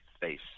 face